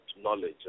knowledge